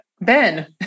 Ben